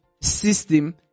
system